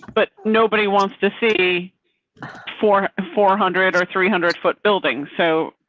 but nobody wants to see four, four hundred or three hundred foot buildings. so,